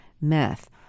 meth